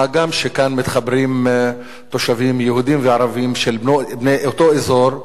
מה גם שכאן מתחברים תושבים יהודים וערבים בני אותו אזור,